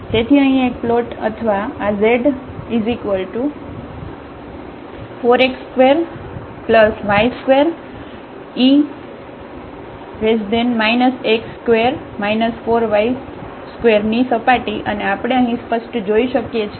તેથી અહીં એક પ્લોટ અથવા આ z4x2y2e x2 4y2 ની સપાટી અને આપણે અહીં સ્પષ્ટ જોઈ શકીએ છીએ